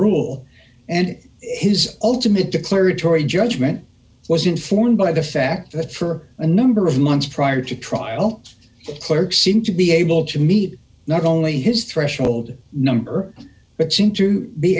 rule and his ultimate declaratory judgment was informed by the fact that for a number of months prior to trial clerk seemed to be able to meet not only his threshold number but seemed to be